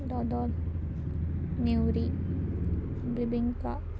दोदोल nevri bebinca